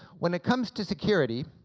when it comes to security,